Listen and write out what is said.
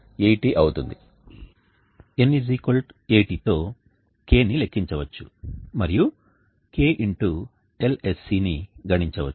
N80 తో kని లెక్కించవచ్చు మరియు k Lsc ని గణించవచ్చు